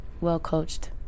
well-coached